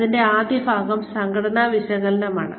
ഇതിന്റെ ആദ്യഭാഗം സംഘടനാ വിശകലനമാണ്